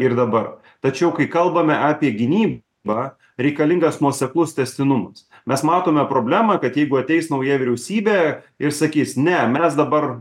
ir dabar tačiau kai kalbame apie gynybą reikalingas nuoseklus tęstinumas mes matome problemą kad jeigu ateis nauja vyriausybė ir sakys ne mes dabar